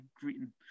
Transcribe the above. greeting